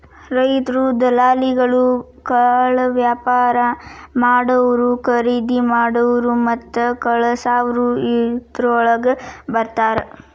ರೈತ್ರು, ದಲಾಲಿಗಳು, ಕಾಳವ್ಯಾಪಾರಾ ಮಾಡಾವ್ರು, ಕರಿದಿಮಾಡಾವ್ರು ಮತ್ತ ಕಳಸಾವ್ರು ಇದ್ರೋಳಗ ಬರ್ತಾರ